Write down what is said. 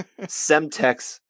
Semtex